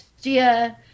Gia